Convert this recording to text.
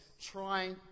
trying